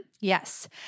Yes